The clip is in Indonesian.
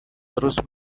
terus